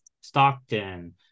Stockton